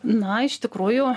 na iš tikrųjų